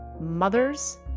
mothers